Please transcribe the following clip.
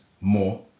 more